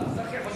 זה הכי חשוב,